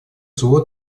зло